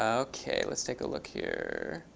ok. let's take a look here.